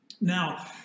Now